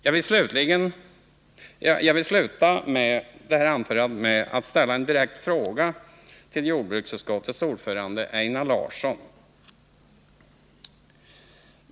Jag vill sluta det här anförandet med att ställa en direkt fråga till jordbruksutskottets ordförande, Einar Larsson.